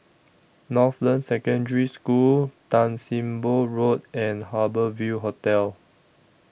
Northland Secondary School Tan SIM Boh Road and Harbour Ville Hotel